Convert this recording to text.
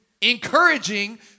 encouraging